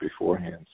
beforehand